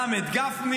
גם את גפני,